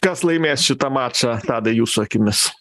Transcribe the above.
kas laimės šitą mačą tadai jūsų akimis